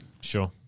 Sure